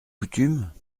coutume